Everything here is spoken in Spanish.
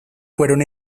fueron